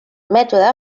mètode